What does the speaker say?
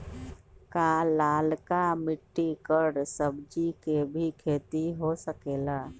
का लालका मिट्टी कर सब्जी के भी खेती हो सकेला?